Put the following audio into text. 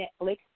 netflix